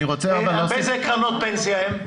באיזה קרנות פנסיה הם נמצאים?